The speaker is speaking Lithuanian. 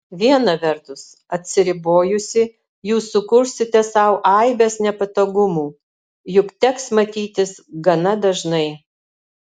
viena vertus atsiribojusi jūs sukursite sau aibes nepatogumų juk teks matytis gana dažnai